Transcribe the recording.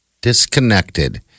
Disconnected